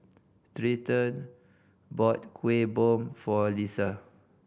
Treyton bought Kueh Bom for Leisa